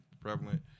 prevalent